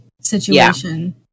situation